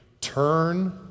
turn